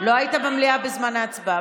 לא היית במליאה בזמן ההצבעה.